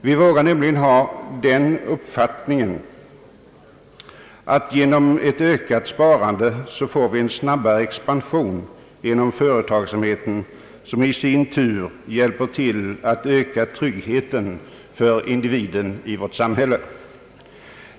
Vi har nämligen den uppfattningen att ett ökat sparande är en förutsättning för en snabbare expansion av företagsamheten, vilket i sin tur hjälper till att öka tryggheten för individen i vårt samhälle.